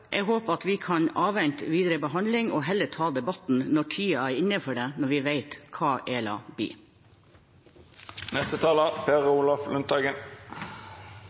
jeg håper vi kan avvente videre behandling og heller ta debatten når tiden er inne for det, når vi vet hva ELA